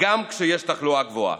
גם כשיש תחלואה גבוהה.